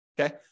okay